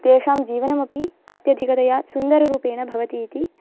तेषां जीवनमपि अत्यधिकतया सुन्दररूपेण भवति इति